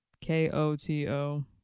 K-O-T-O